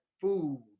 food